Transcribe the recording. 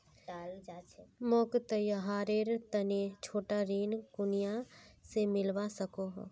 मोक त्योहारेर तने छोटा ऋण कुनियाँ से मिलवा सको हो?